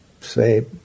say